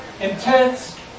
intense